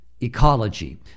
ecology